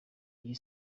iyi